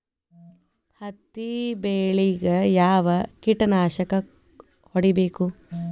ಹತ್ತಿ ಬೆಳೇಗ್ ಯಾವ್ ಕೇಟನಾಶಕ ಹೋಡಿಬೇಕು?